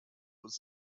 was